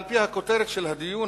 על-פי הכותרת של הדיון,